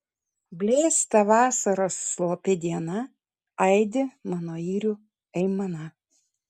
blėsta vasaros slopi diena aidi mano yrių aimana